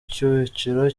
cyiciro